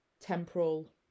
temporal